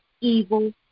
evil